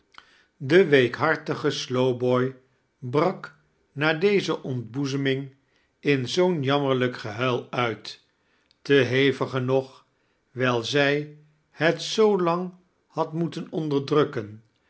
de weekhartige slowboy brak na deze on'tboezeming in zoo'n jammerlijk gehuil uit te heviger nog wijl zij het zoo lang had moeten onderdrukken